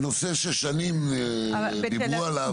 זה נושא ששנים דיברו עליו.